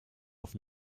auf